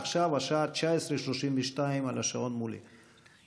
עכשיו השעה 19:32. חברי הכנסת, השעה היא